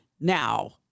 Now